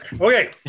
Okay